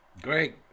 great